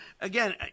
again